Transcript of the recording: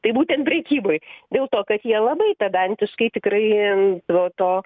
tai būtent prekyboj dėl to kad jie labai pedantiškai tikrai to to